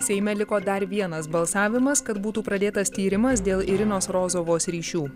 seime liko dar vienas balsavimas kad būtų pradėtas tyrimas dėl irinos rozovos ryšių